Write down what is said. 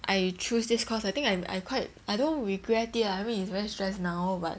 I choose this course I think I'm I quite I don't regret it lah I mean it's very stress now but